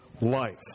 life